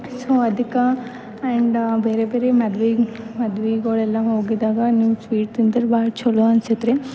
so ಅದಕ್ಕೆ and ಬೇರೆ ಬೇರೆ ಮದುವೆ ಮದ್ವೆಗಳೆಲ್ಲ ಹೋಗಿದ್ದಾಗ ನಿಮ್ಮ ಸ್ವೀಟ್ ತಿಂದಿರೊ ಭಾಳ್ ಛಲೋ ಅನಿಸೈತ್ರಿ